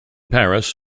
paris